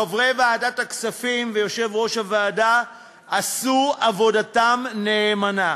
חברי ועדת הכספים ויושב-ראש הוועדה עשו עבודתם נאמנה.